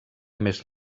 més